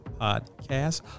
podcast